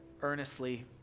earnestly